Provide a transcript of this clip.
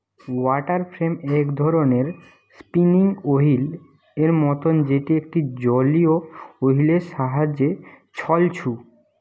water frame এক ধরণের spinning wheel এর মতন যেটি একটা জলীয় ওহীল এর সাহায্যে ছলছু